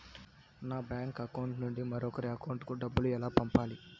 నా bank account నుండి మరొకరి అకౌంట్ కు డబ్బులు ఎలా పంపాలి